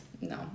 No